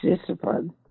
discipline